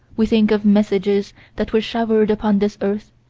we think of messages that were showered upon this earth,